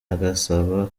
agasaba